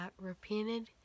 repented